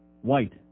White